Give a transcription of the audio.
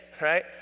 right